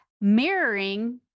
mirroring